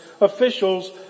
officials